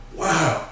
wow